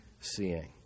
seeing